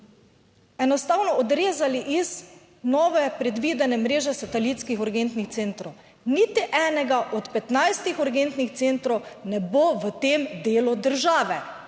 enostavno odrezali iz nove predvidene mreže satelitskih urgentnih centrov. Niti enega od 15 urgentnih centrov ne bo v tem delu države,